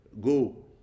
go